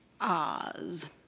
Oz